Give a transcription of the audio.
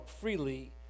freely